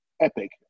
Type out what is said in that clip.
epic